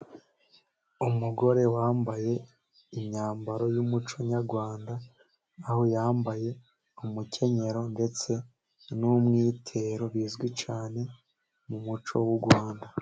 Umugore wambaye imyambaro y'umuco nyarwanda, aho yambaye umukenyero ndetse n'umwitero, bizwi cyane mu muco w'u Rwanda.